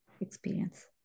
experience